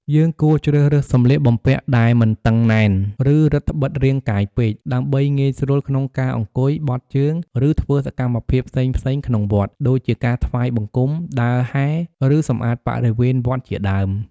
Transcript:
យើងគួរជ្រើសរើសសម្លៀកបំពាក់ដែលមិនតឹងណែន ឬរឹតត្បិតរាងកាយពេក ដើម្បីងាយស្រួលក្នុងការអង្គុយ បត់ជើង ឬធ្វើសកម្មភាពផ្សេងៗក្នុងវត្ត ដូចជាការថ្វាយបង្គំ ដើរហែរ ឬសម្អាតបរិវេណវត្តជាដើម។